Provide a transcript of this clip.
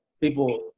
people